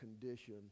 condition